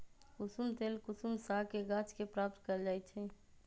कुशुम तेल कुसुम सागके गाछ के प्राप्त कएल जाइ छइ